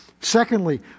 Secondly